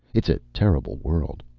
it's a terrible world.